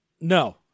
no